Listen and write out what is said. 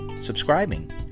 subscribing